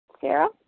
Sarah